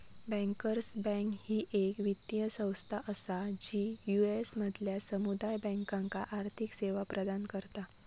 bankers bank ही येक वित्तीय संस्था असा जी यू.एस मधल्या समुदाय बँकांका आर्थिक सेवा प्रदान करता